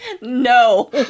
No